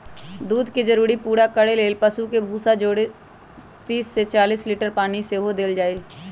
दूध के जरूरी पूरा करे लेल पशु के भूसा जौरे तीस से चालीस लीटर पानी सेहो देल जाय